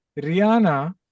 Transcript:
rihanna